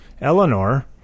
eleanor